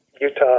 Utah